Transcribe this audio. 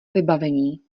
vybavení